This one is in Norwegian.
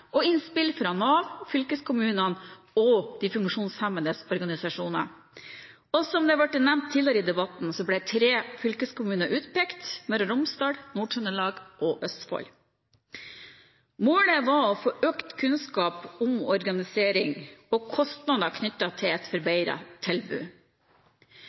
og innspill fra Nav, fylkeskommunene og de funksjonshemmedes organisasjoner. Som det har vært nevnt tidligere i debatten, ble tre fylkeskommuner utpekt: Møre og Romsdal, Nord-Trøndelag og Østfold. Målet var å få økt kunnskap om organisering og kostnader knyttet til et forbedret tilbud.